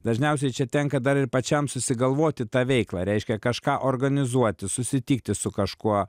dažniausiai čia tenka dar ir pačiam susigalvoti tą veiklą reiškia kažką organizuoti susitikti su kažkuo